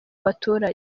baturage